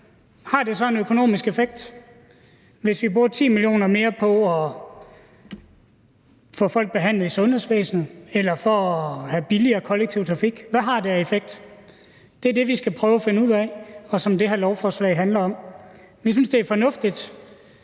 har det så en økonomisk effekt? Hvis vi bruger 10 mio. kr. mere på at få folk behandlet i sundhedsvæsenet eller for at have billigere kollektiv trafik, hvad har det så af effekt? Det er det, vi skal prøve at finde ud, og som det her lovforslag handler om. Vi synes, det er fornuftigt,